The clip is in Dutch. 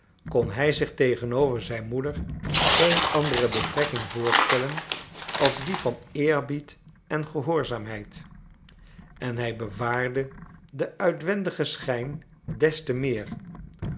kon hij zich tegenover zijn moeder geen andere betrekking voorstellen als die van eerbied en gehoorzaamheid en hij bewaarde den uitwendigen schijn des te meer